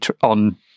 on